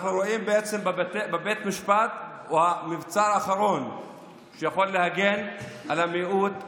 אנחנו רואים שבית משפט הוא המבצר האחרון שיכול להגן על המיעוט הערבי.